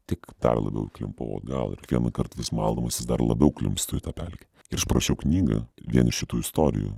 tik dar labiau įklimpau o gal ir kiekvienąkart vis maldamasis dar labiau klimpstu į tą pelkę ir aš prašiau knygą vien iš šitų istorijų